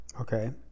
Okay